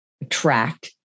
attract